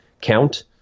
count